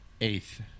Eighth